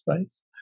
space